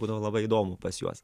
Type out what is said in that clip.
būdavo labai įdomu pas juos